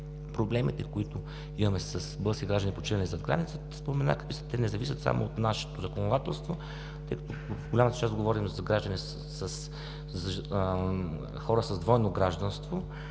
проблемите, които имаме с български граждани, починали зад граница, споменах какви са. Те не зависят само от нашето законодателство. Тъй като в голямата част говорим за хора с двойно гражданство